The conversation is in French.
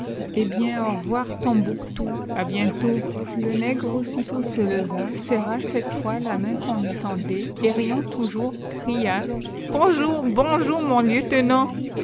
eh bien au revoir tombouctou à bientôt le nègre aussitôt se leva serra cette fois la main qu'on lui tendait et riant toujours cria bonjou bonjou mon